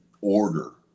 order